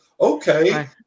Okay